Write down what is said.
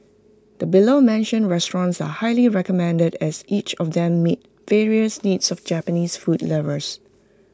the below mentioned restaurants are highly recommended as each of them meets various needs of Japanese food lovers